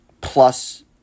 plus